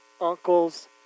uncles